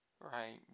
right